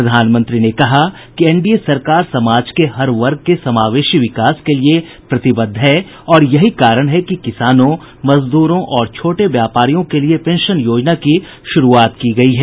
प्रधानमंत्री ने कहा कि एनडीए सरकार समाज के हर वर्ग के समावेशी विकास के लिये प्रतिबद्ध है और यही कारण है कि किसानों मजदूरों और छोटे व्यापारियों के लिये पेंशन योजना की शुरूआत की गयी है